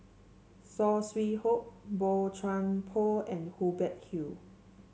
Saw Swee Hock Boey Chuan Poh and Hubert Hill